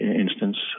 instance